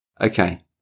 Okay